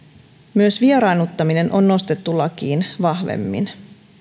myös vieraannuttaminen on nostettu lakiin vahvemmin